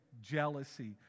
jealousy